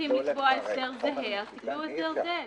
שמתאים לקבוע הסדר זהה, תקבעו הסדר זהה.